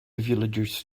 villagers